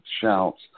shouts